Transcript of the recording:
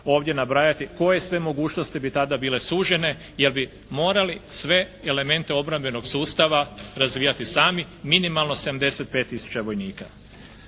ovdje nabrajati koje sve mogućnosti bi tada bile sužene jer bi morali sve elemente obrambenog sustava razvijati sami, minimalno 75 tisuća vojnika.